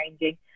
changing